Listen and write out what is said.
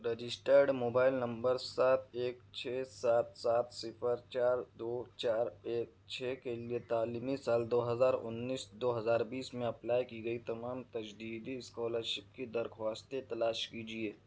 registered mobile نمبر سات ایک چھ سات سات صفر چار دو چار ایک چھ کے لیے تعلیمی سال دو ہزار انیس دو ہزار بیس میں اپلائی کی گئی تمام تجدیدی اسکالر شپ کی درخواستیں تلاش کیجیے